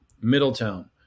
Middletown